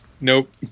Nope